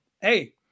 hey